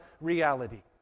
reality